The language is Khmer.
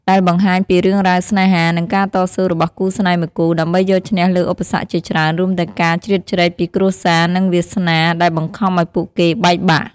ដែលបង្ហាញពីរឿងរ៉ាវស្នេហា និងការតស៊ូរបស់គូស្នេហ៍មួយគូ ដើម្បីយកឈ្នះលើឧបសគ្គជាច្រើន រួមទាំងការជ្រៀតជ្រែកពីគ្រួសារ និងវាសនាដែលបង្ខំឲ្យពួកគេបែកបាក់។